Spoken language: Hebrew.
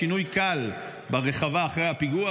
יש שינוי קל ברחבה אחרי הפיגוע,